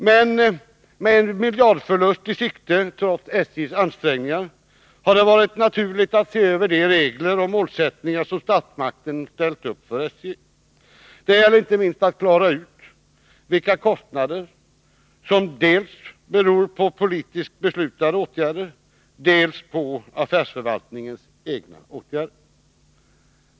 Men med en miljardförlust i sikte, trots SJ:s ansträngningar, har det varit naturligt att se över de regler och målsättningar som statsmakterna ställt upp för SJ. Det gäller inte minst att klara ut vilka kostnader som beror på dels politiskt beslutade åtgärder, dels affärsförvaltningens egna åtgärder.